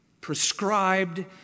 prescribed